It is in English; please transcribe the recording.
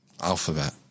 Alphabet